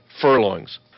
furlongs